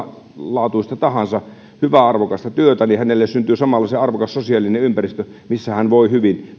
laatuista tahansa hyvää arvokasta työtä syntyy samalla se arvokas sosiaalinen ympäristö missä hän voi hyvin